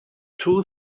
two